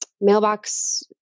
mailbox